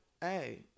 hey